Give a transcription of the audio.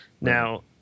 Now